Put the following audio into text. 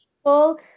people